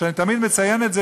ואני תמיד מציין את זה,